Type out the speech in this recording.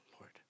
Lord